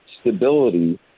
stability